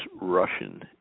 russian